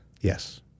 Yes